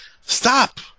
Stop